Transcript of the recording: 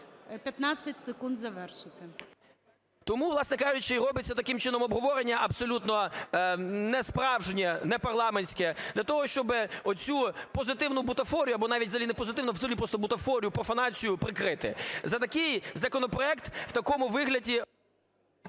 15 секунд завершити. ЛЕВЧЕНКО Ю.В. Тому, власне кажучи, і робиться таким чином обговорення абсолютно несправжнє, непарламентське. Для того, щоб оцю позитивну бутафорію або навіть взагалі не позитивну, а взагалі просто бутафорію, профанацію прикрити. За такий законопроект, в такому вигляді…